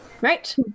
Right